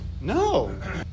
No